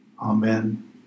Amen